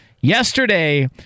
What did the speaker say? Yesterday